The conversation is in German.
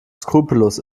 skrupellos